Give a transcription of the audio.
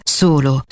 solo